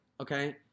okay